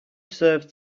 serve